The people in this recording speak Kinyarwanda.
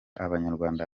abanyarwanda